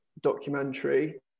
documentary